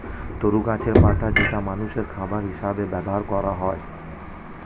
তরু গাছের পাতা যেটা মানুষের খাবার হিসেবে ব্যবহার করা হয়